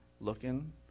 looking